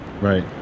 Right